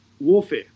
warfare